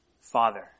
Father